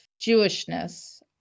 Jewishness